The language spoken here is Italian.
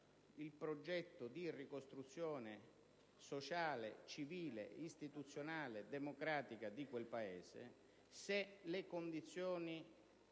il progetto di ricostruzione sociale, civile, istituzionale, democratica, di quel Paese, se le condizioni